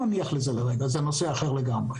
נניח לכאן כי זה נושא אחר לגמרי.